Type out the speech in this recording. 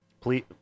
please